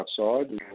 outside